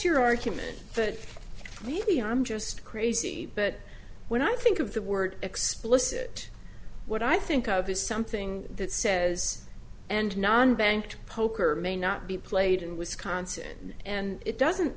your argument that maybe i'm just crazy but when i think of the word explicit what i think of is something that says and non bank poker may not be played in wisconsin and it doesn't